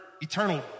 eternal